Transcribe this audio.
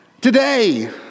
Today